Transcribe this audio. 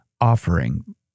offering